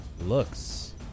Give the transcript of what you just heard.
looks